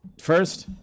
first